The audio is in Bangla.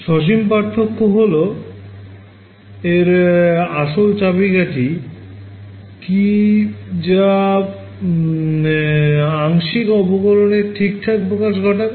সসীম পার্থক্য এর আসল চাবিকাঠি কি যা আংশিক অবকলের ঠিকঠাক প্রকাশ ঘটাবে